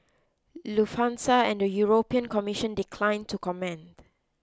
lufthansa and the European Commission declined to comment